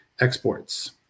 exports